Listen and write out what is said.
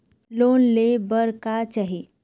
Loan ले बार का चाही?